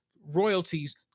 royalties